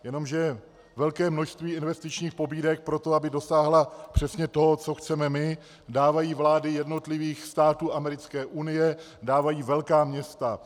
Jenomže velké množství investičních pobídek, aby dosáhly přesně toho, co chceme my, dávají vlády jednotlivých států americké unie, dávají velká města.